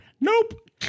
Nope